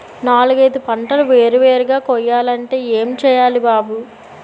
నాలుగైదు పంటలు వేరు వేరుగా కొయ్యాలంటే ఏం చెయ్యాలి బాబూ